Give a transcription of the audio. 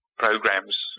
Programs